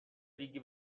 ریگی